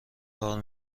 کار